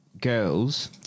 girls